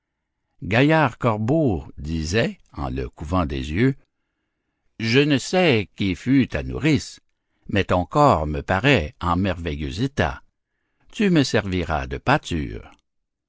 gaillard corbeau disait en le couvant des yeux je ne sais qui fut ta nourrice mais ton corps me paraît en merveilleux état tu me serviras de pâture